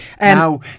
Now